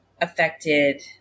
affected